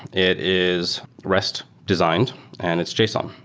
it is rest designed and its json,